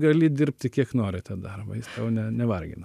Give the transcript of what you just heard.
gali dirbti kiek nori tą dabą jis tau ne nevargina